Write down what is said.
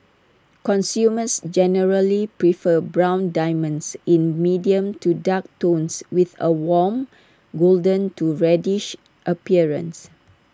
consumers generally prefer brown diamonds in medium to dark tones with A warm golden to reddish appearance